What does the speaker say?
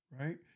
right